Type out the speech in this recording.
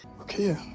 Okay